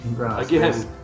Again